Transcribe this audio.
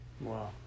Wow